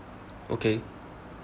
okay